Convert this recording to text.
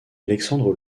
alexandre